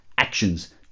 actions